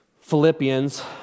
Philippians